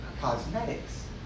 cosmetics